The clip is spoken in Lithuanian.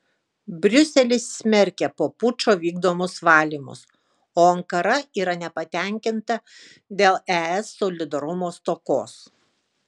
briuselis smerkia po pučo vykdomus valymus o ankara yra nepatenkinta dėl es solidarumo stokos